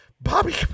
Bobby